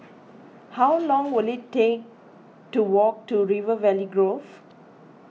how long will it take to walk to River Valley Grove